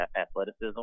athleticism